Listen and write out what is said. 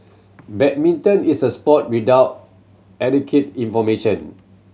badminton is a sport without adequate information